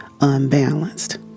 unbalanced